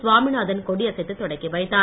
சுவாமிநாதன் கொடியசைத்து தொடக்கி வைத்தார்